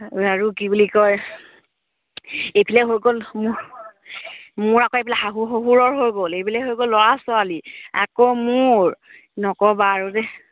আৰু কি বুলি কয় এইফালে হৈ গ'ল মোৰ মোৰ আকৌ এইবিলাক শাহু শহুৰৰ হৈ গ'ল এইফালে হৈ গ'ল ল'ৰা ছোৱালী আকৌ মোৰ নক'বা আৰু দেই